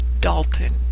Dalton